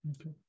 okay